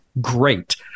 great